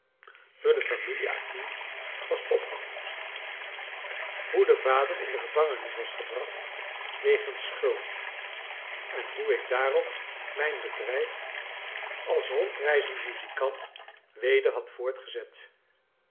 door de familie acquin was opgevoed hoe de vader in de gevangenis was gebracht wegens schuld en hoe ik daarop mijn bedrijf als rondreizend muzikant weder had voortgezet